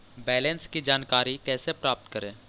Balance की जानकारी कैसे प्राप्त करे?